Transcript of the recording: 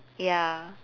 ya